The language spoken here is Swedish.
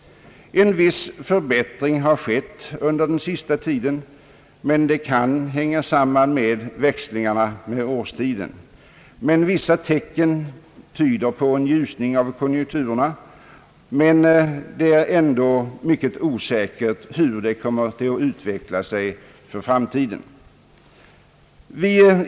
En viss förbättring har skett under den senaste tiden, men det kan hänga samman med växlingarna i årstiden. Vissa tecken tyder på en ljusning av konjunkturerna, men utvecklingen i framtiden är ändå mycket osäker.